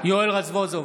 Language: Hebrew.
יואל רזבוזוב,